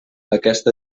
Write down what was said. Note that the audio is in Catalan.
aquesta